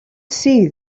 see